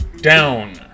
down